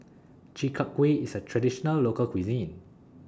Chi Kak Kuih IS A Traditional Local Cuisine